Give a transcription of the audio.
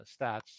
stats